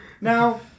now